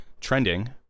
trending